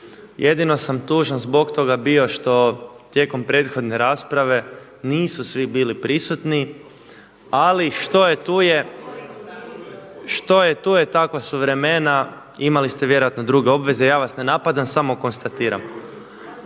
Jedino sam tužan zbog toga bio što tijekom prethodne rasprave nisu svi bili prisutni, ali što je tu je, takva su vremena imali ste vjerojatno druge obveze. Ja vas ne napadam samo konstatiram.